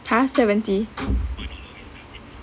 ha seventy